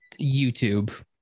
YouTube